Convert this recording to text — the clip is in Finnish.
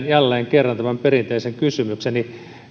jälleen kerran tämän perinteisen kysymykseni